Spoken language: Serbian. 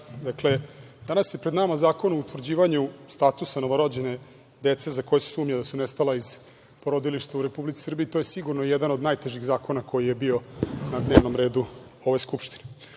građani, danas je pred nama zakon o utvrđivanju statusa novorođene dece za koju se sumnja da su nestala iz porodilišta u Republici Srbiji. To je sigurno jedan od najtežih zakona koji je bio na dnevnom redu ove Skupštine. Ovaj